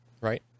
Right